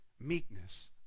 meekness